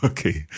Okay